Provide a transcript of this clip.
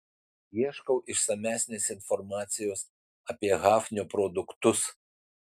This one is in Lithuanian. ieškau išsamesnės informacijos apie hafnio produktus